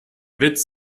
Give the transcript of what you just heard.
witz